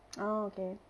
oh okay